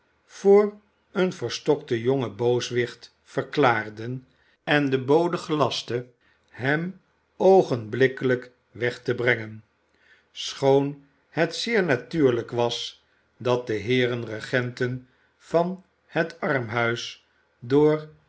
voor een verstokten jongen booswicht verklaarden en den bode gelastten hem oogenblikkelijk weg te brengen schoon het zeer natuurlijk was dat de heeren regenten van het armhuis door